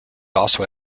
also